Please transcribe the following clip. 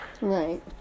Right